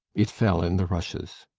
it fell in the rushes.